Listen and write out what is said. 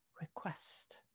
request